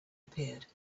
appeared